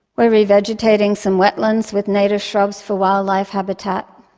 we're revegetating some wetlands with native shrubs for wildlife habitat,